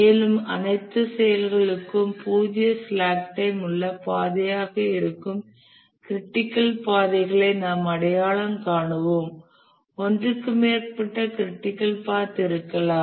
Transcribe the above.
மேலும் அனைத்து செயல்களுக்கும் பூஜ்ஜிய ஸ்லாக் டைம் உள்ள பாதையாக இருக்கும் க்ரிட்டிக்கல் பாதைகளை நாம் அடையாளம் காணுவோம் ஒன்றுக்கு மேற்பட்ட க்ரிட்டிக்கல் பாத் இருக்கலாம்